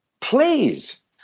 Please